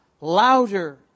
louder